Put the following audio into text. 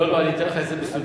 לא לא, אני אתן לך את זה מסודר,